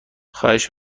خواهش